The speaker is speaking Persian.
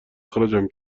اخراجم